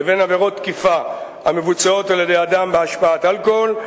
לבין עבירות תקיפה המבוצעות על-ידי אדם בהשפעת אלכוהול,